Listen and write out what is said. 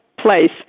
place